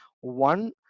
one